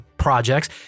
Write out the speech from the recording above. Projects